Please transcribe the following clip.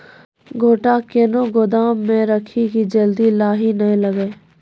गोटा कैनो गोदाम मे रखी की जल्दी लाही नए लगा?